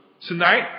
Tonight